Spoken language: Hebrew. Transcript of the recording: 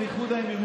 שום דבר לא קשה לנו.